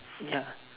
ya